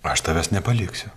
aš tavęs nepaliksiu